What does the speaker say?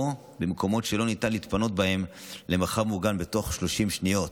במקומות שלא ניתן להתפנות מהם למרחב מוגן בתוך 30 שניות.